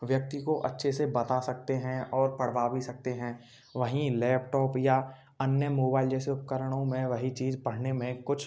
व्यक्ति को अच्छे से बता सकते हैं और पढ़वा भी सकते हैं वहीं लैपटॉप या अन्य मोबाइल जैसे उपकरणों में वही चीज़ पढ़ने में कुछ